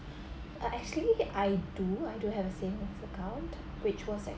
uh actually I do I do have a savings account which was like